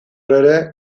ere